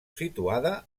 situada